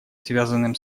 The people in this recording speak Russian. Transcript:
связанным